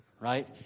right